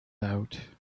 out